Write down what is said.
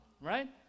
right